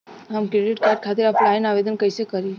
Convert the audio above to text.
हम credit card खातिर offline आवेदन कइसे करि?